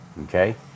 Okay